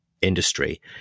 industry